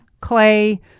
clay